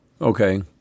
Okay